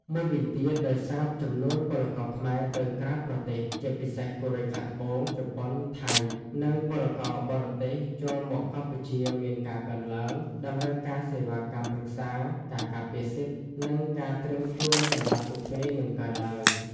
មួយវិញទៀត ដោយសារចំនួនពលករខ្មែរទៅក្រៅប្រទេស (ជាពិសេសកូរ៉េខាងត្បូង ជប៉ុន ថៃ) និងពលករបរទេសចូលមកកម្ពុជាមានការកើនឡើង តម្រូវការសេវាកម្មប្រឹក្សា ការការពារសិទ្ធិ និងការត្រៀមខ្លួនសម្រាប់ពួកគេនឹងកើនឡើង។